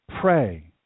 Pray